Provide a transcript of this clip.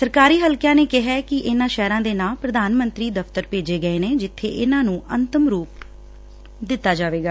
ਸਰਕਾਰੀ ਹਲਕਿਆਂ ਨੇ ਕਿਹਾ ਕਿ ਇਨੂਾਂ ਸ਼ਹਿਰਾਂ ਦੇ ਨਾਅ ਪ੍ਰਧਾਨਮੰਤਰੀ ਦਫਤਰ ਭੇਜੇ ਗਏ ਨੇ ਜਿੱਬੇ ਇਨੂਾਂ ਨੰ ਅਮਤਮ ਰੂਪ ਦਿੱਤਾ ਜਾਵੇਗਾ